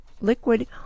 liquid